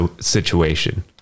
situation